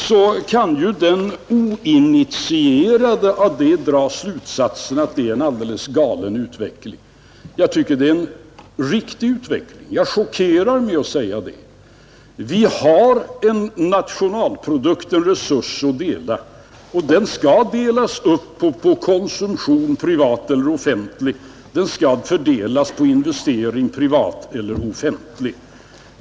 Då kan ju den oinitierade därav dra slutsatsen att det är en alldeles galen utveckling. Jag tycker att vi har en riktig utveckling — jag chockerar med att säga det. Vi har en nationalprodukt att fördela, och den skall delas upp på konsumtion, privat eller offentlig, och investering, privat eller offentlig.